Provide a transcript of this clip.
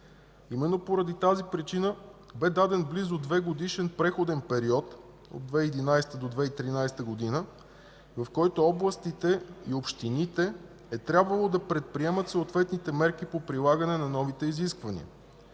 Именно поради тази причина бе даден близо 2-годишен преходен период – от 2011 г. до 2013 г., в който областите и общините е трябвало да предприемат съответните мерки по прилагане на новите изисквания.